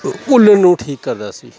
ਕੁਲਰ ਨੂੰ ਠੀਕ ਕਰਦਾ ਸੀ